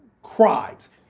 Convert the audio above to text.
crimes